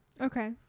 Okay